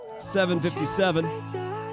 757